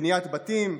בניית בתים,